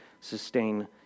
sustain